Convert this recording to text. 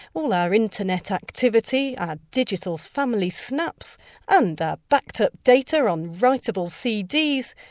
all our internet activity, our digital family snaps and our backed up data on writeable cds,